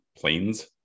planes